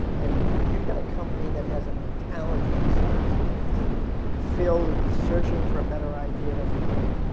and if you've got a company that has a mentality inside that is filled with searching for a better idea every day,